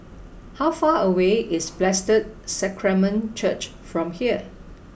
how far away is Blessed Sacrament Church from here